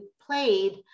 played